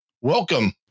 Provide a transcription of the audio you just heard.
welcome